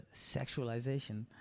sexualization